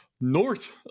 north